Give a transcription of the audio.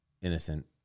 innocent